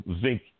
zinc